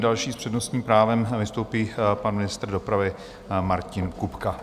Další s přednostním právem vystoupí pan ministr dopravy Martin Kupka.